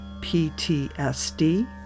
PTSD